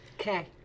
Okay